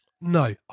No